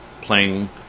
playing